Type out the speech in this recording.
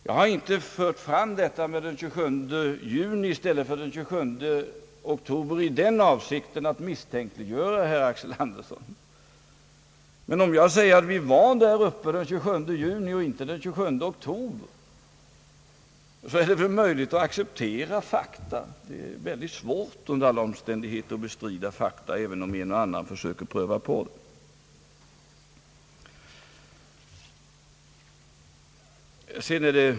Jag har inte nämnt den 27 juni i stället för den 27 oktober i någon avsikt att misstänkliggöra herr Axel Andersson, men om jag säger att vi var där uppe den 27 juni borde det vara möjligt att acceptera detta som ett faktum. Det är under alla omständigheter väldigt svårt att bestrida ett sådant faktum, även om en och annan försöker sig på det.